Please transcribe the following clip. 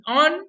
on